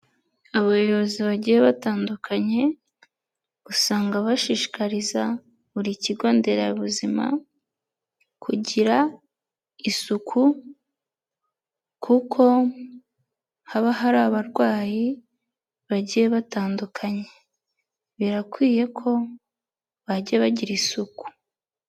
Abayobozi bagiye batandukanye usanga bashishikariza buri kigo nderabuzima kugira isuku kuko haba hari abarwayi bagiye batandukanye, birakwiye ko bajya bagira isuku.